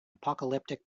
apocalyptic